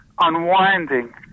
unwinding